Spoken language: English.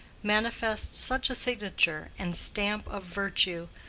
manifest such a signature and stamp of virtue,